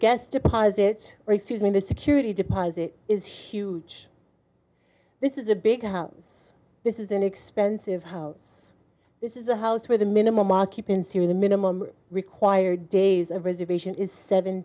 gas deposits are excuse me the security deposit is huge this is a big house this is an expensive house this is a house where the minimum occupancy the minimum required days of reservation is seven